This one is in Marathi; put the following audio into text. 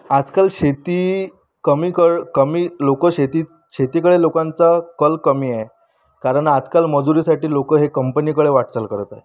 आजकाल शेती कमी कळ कमी लोक शेती शेतीकडे लोकांचा कल कमी आहे कारण आजकाल मजुरीसाठी लोक हे कंपनीकडे वाटचाल करत आहेत